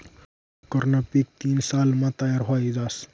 टोक्करनं पीक तीन सालमा तयार व्हयी जास